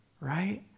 right